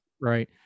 Right